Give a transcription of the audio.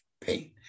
pain